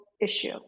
issue